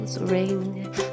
Ring